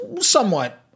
somewhat